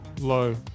Low